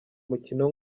mukino